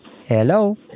Hello